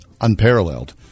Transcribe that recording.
unparalleled